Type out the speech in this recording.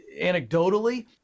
anecdotally